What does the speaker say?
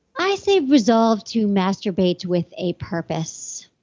i say resolve to masturbate with a purpose